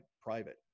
private